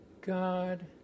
God